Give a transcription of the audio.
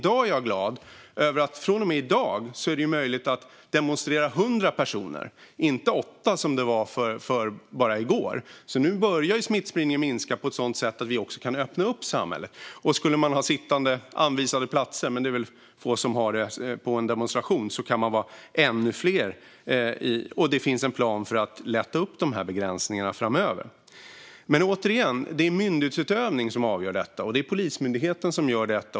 Jag är glad över att det från och med i dag är möjligt för 100 personer att demonstrera, inte 8 som det var så sent som i går. Nu börjar smittspridningen minska på ett sådant sätt att vi kan öppna upp samhället. Och skulle man dessutom ha anvisade sittplatser - men det är väl få som har det på en demonstration - kan man vara ännu fler. Det finns också en plan för att lätta upp begräsningarna än mer framöver. Återigen - detta avgörs genom myndighetsutövning. Det är Polismyndigheten som gör det.